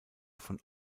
von